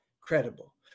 credible